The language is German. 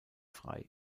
frei